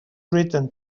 written